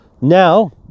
Now